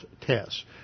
tests